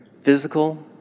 Physical